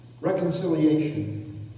reconciliation